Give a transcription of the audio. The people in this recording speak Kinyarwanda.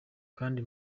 kindi